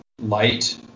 light